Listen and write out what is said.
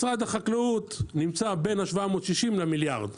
משרד החקלאות נמצא בין ה-760 למיליארד.